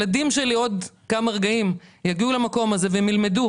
הילדים שלי עוד כמה רגעים יגיעו למקום הזה והם ילמדו